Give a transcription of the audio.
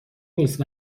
نیست